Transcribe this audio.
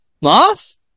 moss